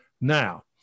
Now